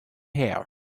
hair